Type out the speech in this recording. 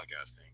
podcasting